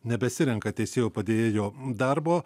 nebesirenka teisėjo padėjėjo darbo